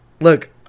Look